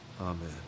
Amen